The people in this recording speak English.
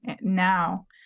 now